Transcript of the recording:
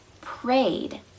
prayed